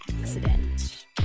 accident